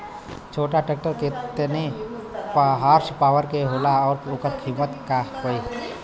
छोटा ट्रेक्टर केतने हॉर्सपावर के होला और ओकर कीमत का होई?